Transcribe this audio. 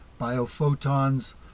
biophotons